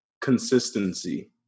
Consistency